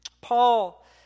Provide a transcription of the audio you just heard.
Paul